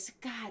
god